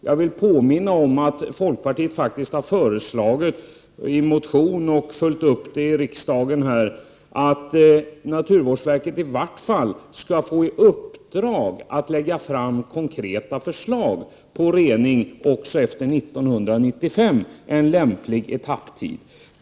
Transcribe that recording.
Jag vill påminna om att folkpartiet i en motion, som vi har följt upp i kammaren, har föreslagit att naturvårdsverket i varje fall skall få i uppdrag att lägga fram konkreta förslag till rening också efter 1995, vilket är en lämplig etapptid.